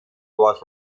was